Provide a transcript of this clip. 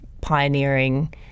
pioneering